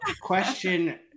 question